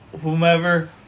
whomever